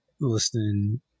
listening